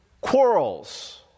quarrels